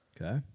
Okay